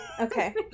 Okay